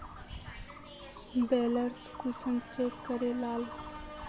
Balance कुंसम check करे लाल?